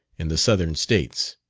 in the southern states.